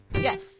yes